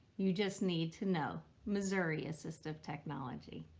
you just need to know missouri assistive technology.